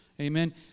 Amen